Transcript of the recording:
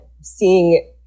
seeing